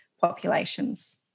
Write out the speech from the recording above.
populations